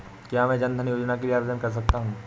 क्या मैं जन धन योजना के लिए आवेदन कर सकता हूँ?